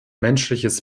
menschliches